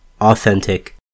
authentic